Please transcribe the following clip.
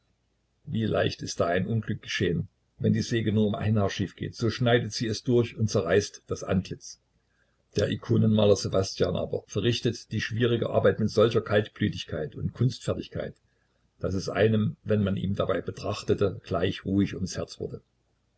wie leicht ist da ein unglück geschehen wenn die säge nur um ein haar schief geht so schneidet sie es durch und zerreißt das antlitz der ikonenmaler ssewastjan aber verrichtete die schwierige arbeit mit solcher kaltblütigkeit und kunstfertigkeit daß es einem wenn man ihn dabei betrachtete gleich ruhig ums herz wurde